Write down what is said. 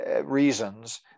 reasons